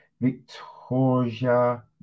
Victoria